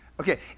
Okay